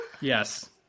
Yes